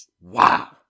Wow